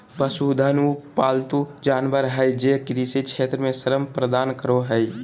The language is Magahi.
पशुधन उ पालतू जानवर हइ जे कृषि क्षेत्र में श्रम प्रदान करो हइ